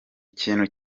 ikintu